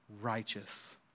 righteous